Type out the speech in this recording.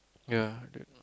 ya